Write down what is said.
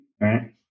right